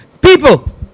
People